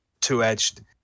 two-edged